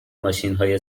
ماشینهای